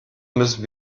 müssen